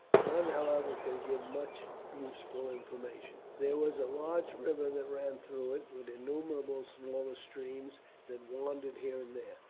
none, however, could give much useful information. there was a large river that ran through it, with innumerable smaller streams that wandered here and there.